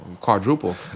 Quadruple